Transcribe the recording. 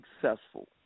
successful